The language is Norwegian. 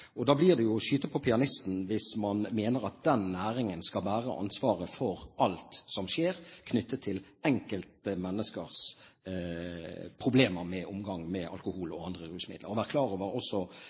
kontrollert. Da blir det jo å skyte på pianisten hvis man mener at den næringen skal bære ansvaret for alt som skjer knyttet til enkelte menneskers problemer med omgang med alkohol og andre rusmidler. Man må også være klar over